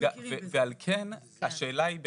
על כן השאלה היא באמת,